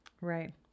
Right